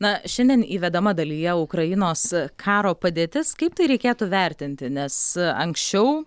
na šiandien įvedama dalyje ukrainos karo padėtis kaip tai reikėtų vertinti nes anksčiau